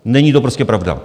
Není to prostě pravda.